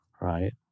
right